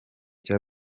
cya